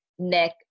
Nick